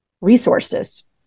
resources